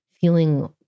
feeling